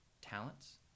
talents